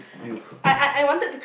you